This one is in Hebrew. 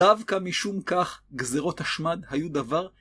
דווקא משום כך גזירות השמד היו דבר